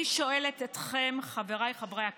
אני שואלת אתכם, חבריי חברי הכנסת,